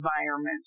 environment